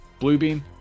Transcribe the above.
Bluebeam